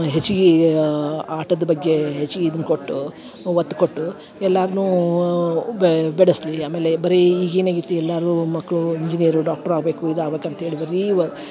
ಹೆಚ್ಗಿ ಆಟದ ಬಗ್ಗೆ ಹೆಚ್ಚಿಗಿ ಇದನ್ನ ಕೊಟ್ಟು ಒತ್ತು ಕೊಟ್ಟು ಎಲ್ಲಾರ್ನೂ ಬೆಳೆಸಲಿ ಆಮೇಲೆ ಬರಿ ಈಗೇನ ಆಗೈತಿ ಎಲ್ಲಾರು ಮಕ್ಕಳು ಇಂಜಿನಿಯರು ಡಾಕ್ಟ್ರು ಆಗಬೇಕು ಇದು ಆಗ್ಬೇಕು ಅಂತೇಳಿ ಬರೀ ವ